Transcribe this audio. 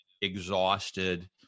exhausted